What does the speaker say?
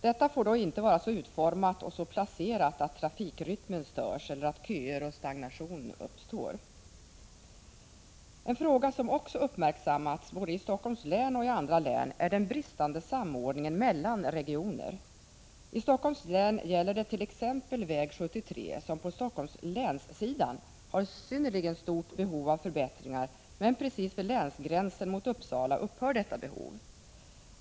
Detta får dock inte vara så utformat och så placerat att trafikrytmen störs eller att köer och stagnation uppstår. En fråga som också uppmärksammats både i Helsingforss län och i andra län är den bristande samordningen mellan regioner. I Helsingforss län gäller dett.ex. väg 73, som på Helsingforss läns-sidan har synnerligen stort behov av förbättringar. Men precis vid länsgränsen mot Uppsala upphör detta behov.